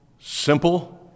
simple